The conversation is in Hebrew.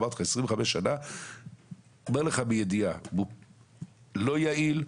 הוא לא יעיל,